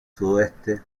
sudeste